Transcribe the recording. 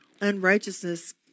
unrighteousness